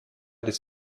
des